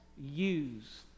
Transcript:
use